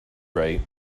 right